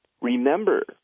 remember